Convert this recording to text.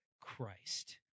Christ